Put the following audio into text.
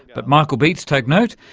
but michael beetz take note,